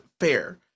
fair